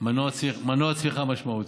מנוע צמיחה משמעותי.